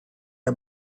are